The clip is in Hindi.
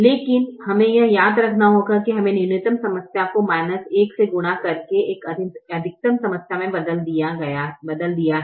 लेकिन हमें यह याद रखना होगा कि हमने न्यूनतम समस्या को 1 से गुणा करके एक अधिकतम समस्या में बदल दिया है